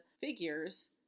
figures